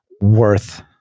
worth